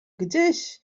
gdzieś